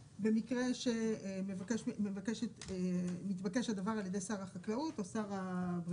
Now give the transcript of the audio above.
במקרה שמתבקש הדבר על ידי שר החקלאות או שר הבריאות.